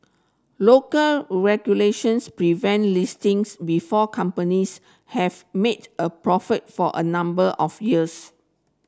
local regulations prevent listings before companies have made a profit for a number of years